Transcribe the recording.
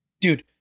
Dude